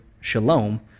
shalom